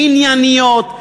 ענייניות,